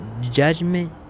judgment